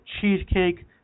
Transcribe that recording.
cheesecake